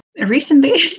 recently